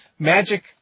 Magic